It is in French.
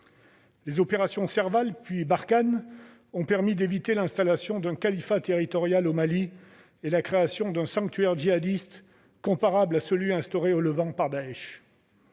Les opérations Serval puis Barkhane ont permis d'empêcher l'installation d'un califat territorial au Mali et la création d'un sanctuaire djihadiste comparable à celui qu'a instauré Daech